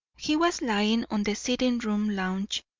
he was lying on the sitting-room lounge,